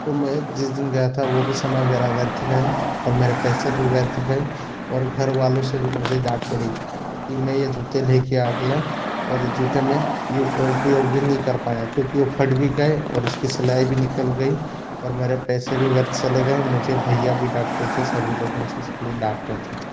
तो मैं जिस दिन गया था वो भी समय मेरा व्यर्थ गया और मेरे पैसे भी व्यर्थ गए और घरवालों से भी मुझे डांट पड़ी कि मैं ये जूते लेके आ गया और ये जूते मैं ये उपयोग भी नहीं कर पाया क्योंकि वो फट भी गए उनकी सिलाई भी निकल गई और मेरे पैसे भी व्यर्थ चले गए मुझे भईया भी डांट रहे थे सभी लोग मुझे इसके लिये डांट रहे थे